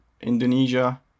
Indonesia